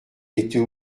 était